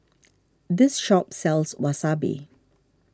this shop sells Wasabi